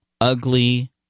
ugly